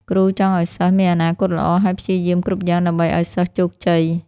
គ្រូចង់ឱ្យសិស្សមានអនាគតល្អ ហើយព្យាយាមគ្រប់យ៉ាងដើម្បីឱ្យសិស្សជោគជ័យ។